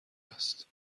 است